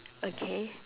okay